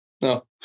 No